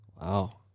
Wow